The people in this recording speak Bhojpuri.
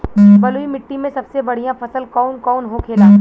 बलुई मिट्टी में सबसे बढ़ियां फसल कौन कौन होखेला?